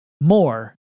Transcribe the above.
More